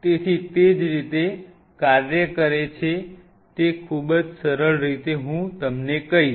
તેથી તે જે રીતે કાર્ય કરે છે તે ખૂબ જ સરળ રીતે હું તમને કહીશ